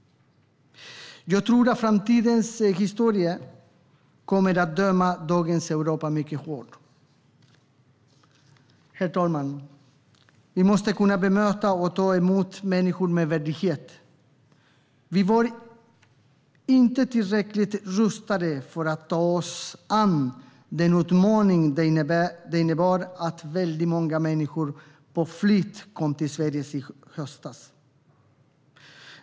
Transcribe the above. Jag tror att framtidens historia kommer att döma dagens Europa mycket hårt. Herr talman! Vi måste kunna bemöta och ta emot människor med värdighet. Vi var inte tillräckligt rustade för att ta oss an den utmaning det innebar att väldigt många människor på flykt kom till Sverige i höstas.